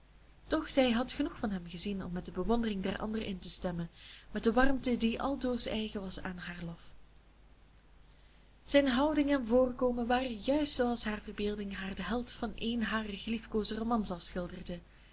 doch zij had genoeg van hem gezien om met de bewondering der anderen in te stemmen met de warmte die altoos eigen was aan haar lof zijn houding en voorkomen waren juist zooals haar verbeelding haar den held van een harer geliefkoosde romans afschilderde